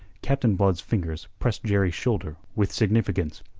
captain blood's fingers pressed jerry's shoulder with significance.